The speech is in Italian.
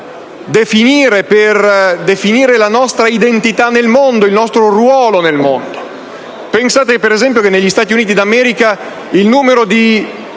mondo, per definire la nostra identità e il nostro ruolo nel mondo. Pensate ad esempio che negli Stati Uniti d'America il numero di